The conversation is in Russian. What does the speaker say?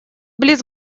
близ